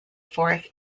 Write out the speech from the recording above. fourth